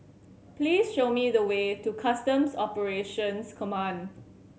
please show me the way to Customs Operations Command